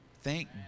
Thank